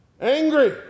angry